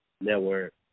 network